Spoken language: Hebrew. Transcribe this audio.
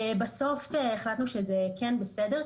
בסוף החלטנו שזה כן בסדר,